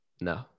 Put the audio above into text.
No